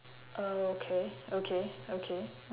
oh okay okay okay